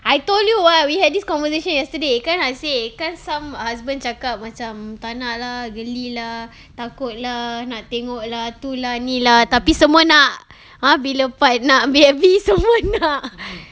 I told you [what] we had this conversation yesterday kan I say kan some husband check-up macam tak nak lah geli lah takut lah nak tengok lah tu lah ni lah tapi semua nak bila nak ambil semua nak